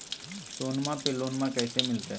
सोनमा पे लोनमा कैसे मिलते?